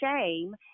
shame